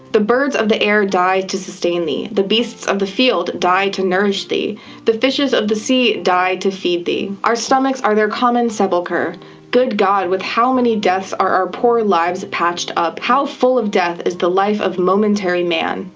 the birds of the air die to sustain thee the beasts of the field die to nourish thee the fishes of the sea die to feed thee our stomachs are their common sepulcher, good god! with how many deaths are our poor lives patched up? how full of death is the life of momentary man!